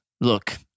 Look